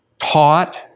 taught